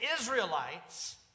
Israelites